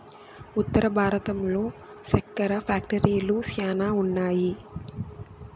ఉత్తర భారతంలో సెక్కెర ఫ్యాక్టరీలు శ్యానా ఉన్నాయి